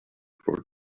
for